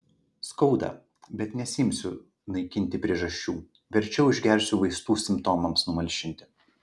skauda bet nesiimsiu naikinti priežasčių verčiau išgersiu vaistų simptomams numalšinti